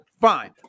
fine